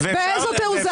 באיזו תעוזה?